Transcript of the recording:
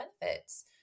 benefits